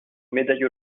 médaille